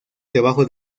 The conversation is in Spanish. trabajo